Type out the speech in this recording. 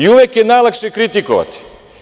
Uvek je najlakše kritikovati.